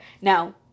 Now